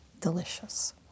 delicious